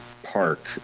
park